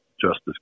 Justice